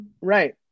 right